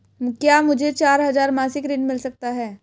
क्या मुझे चार हजार मासिक ऋण मिल सकता है?